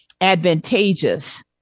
advantageous